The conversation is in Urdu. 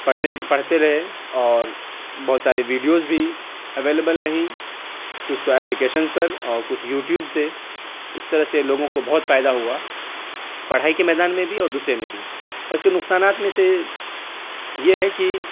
پڑھنے پڑھتے رہے اور بہت سارے ویڈیوز بھی ایویلیبل رہی کچھ تو اپلیکیشنز پر اور کچھ یوٹیوب سے اس طرح سے لوگوں کو بہت فائدہ ہوا پڑھائی کے میدان میں بھی اور دوسرے میں بھی اور اس کے نقصانات میں سے یہ ہے کہ